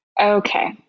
Okay